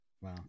Wow